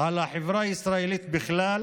על החברה הישראלית בכלל